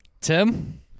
Tim